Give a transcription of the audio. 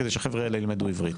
כדי שהחבר'ה האלה ילמדו עברית.